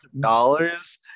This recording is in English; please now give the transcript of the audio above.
dollars